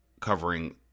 covering